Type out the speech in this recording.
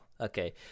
okay